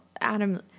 Adam